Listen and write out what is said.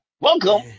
Welcome